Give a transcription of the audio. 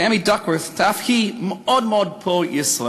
טמי דוקוורת' אף היא מאוד מאוד פרו-ישראלית.